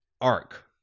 arc